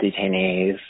detainees